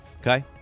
Okay